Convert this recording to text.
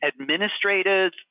administrative